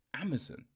Amazon